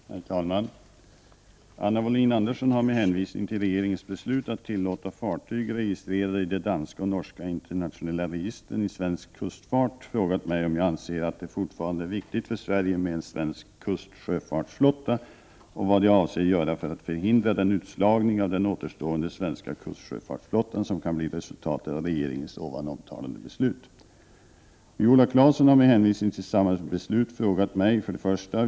Herr talman! Anna Wohlin-Andersson har med hänvisning till regeringens beslut att tillåta fartyg registrerade i de danska och norska internationella registren i svensk kustfart frågat mig om jag anser att det fortfarande är viktigt för Sverige med en svensk kustsjöfartsflotta och vad jag avser göra för att förhindra den utslagning av den återstående svenska kustsjöfartsflottan som kan bli resultatet av regeringens ovan omtalade beslut. Viola Claesson har med hänvisning till samma beslut frågat mig följande: 1.